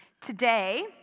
Today